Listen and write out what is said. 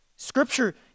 Scripture